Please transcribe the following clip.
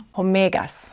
omegas